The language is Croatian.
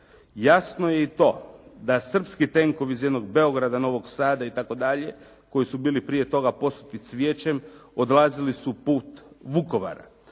Jasno je i to da srpski tenkovi iz jednog Beograda, Novog Sada itd. koji su bili prije toga posuti cvijećem odlazili su put Vukovara.